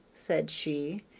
said she,